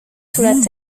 sous